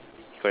ya